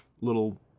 little